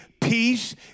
peace